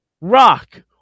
Rock